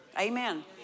Amen